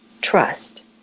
trust